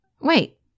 Wait